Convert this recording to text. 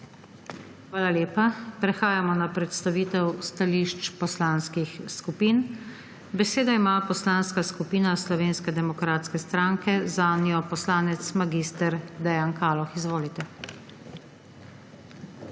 Hvala lepa. Prehajamo na predstavitev stališč poslanskih skupin. Besedo ima Poslanska skupina Slovenske demokratske stranke, zanjo poslanec mag. Dejan Kaloh. Izvolite.